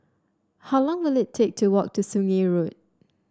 how long will it take to walk to Sungei Road